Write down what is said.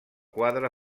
quadre